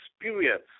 experience